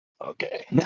Okay